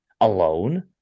alone